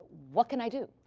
what can i do?